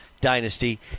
dynasty